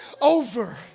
over